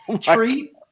treat